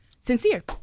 sincere